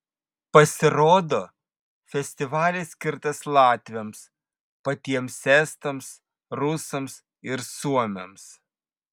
pasirodo festivalis skirtas latviams patiems estams rusams ir suomiams